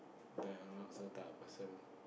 the I am not those type of person